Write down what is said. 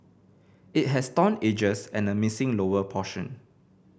it has torn edges and a missing lower portion